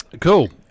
Cool